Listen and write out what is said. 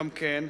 גם כן,